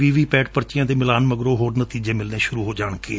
ਵੀ V PAT ਪਰਚੀਆਂ ਦੇ ਮਿਲਾਣ ਮਗਰੋਂ ਹੋਰ ਨਤੀਜੇ ਮਿਲਣੇ ਸੁਰੂ ਹੋ ਜਾਣਗੇ